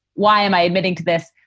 why am i admitting to this?